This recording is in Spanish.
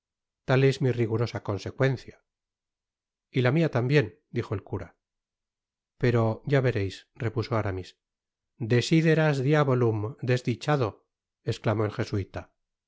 tal es mi rigurosa consecuencia y la mia tambien dijo el cura pero ya vereis repuso aramis desideras diabolum desdichado esclamó el jesuita